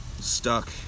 stuck